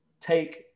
take